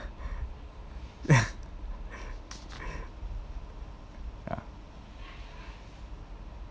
ya